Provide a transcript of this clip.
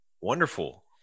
Wonderful